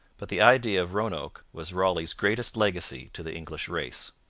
but the idea of roanoke was raleigh's greatest legacy to the english race.